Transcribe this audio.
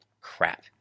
crap